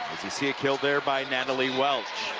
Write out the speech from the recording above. as you see a kill there by natalie welch.